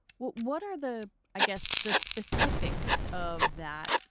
what what are the i guess, the specifics of that,